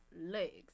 legs